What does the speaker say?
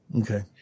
Okay